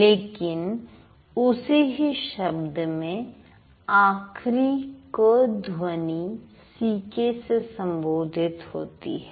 लेकिन उसी ही शब्द में आखरी क ध्वनि सीके से संबोधित होती है